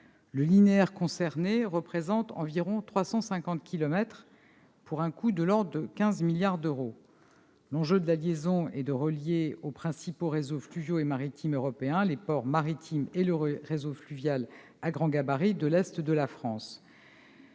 Le linéaire concerné représente environ 350 kilomètres, pour un coût de l'ordre de 15 milliards d'euros. L'enjeu est de relier aux principaux réseaux fluviaux et maritimes européens les ports maritimes et le réseau fluvial à grand gabarit de l'est de la France.